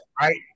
right